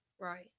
Right